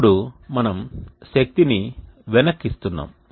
ఇప్పుడు మనం శక్తిని వెనక్కి ఇస్తున్నాము